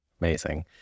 Amazing